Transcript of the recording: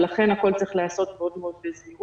ולכן הכל צריך להיעשות מאוד בזהירות,